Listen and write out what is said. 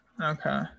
Okay